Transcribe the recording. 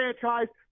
franchise